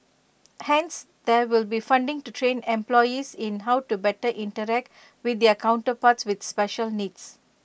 hence there will be funding to train employees in how to better interact with their counterparts with special needs